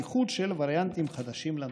בייחוד של וריאנטים חדשים לנגיף.